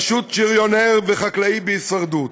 פשוט שריונר וחקלאי בהישרדות."